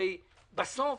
הרי בסוף,